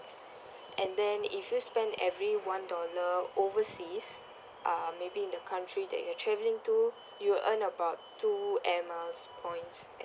and then if you spend every one dollar overseas uh maybe in the country that you are travelling to you'll earn about two airmiles points as